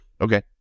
Okay